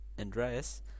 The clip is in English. Andreas